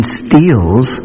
steals